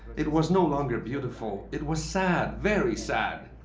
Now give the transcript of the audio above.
it was no longer beautiful. it was sad, very sad.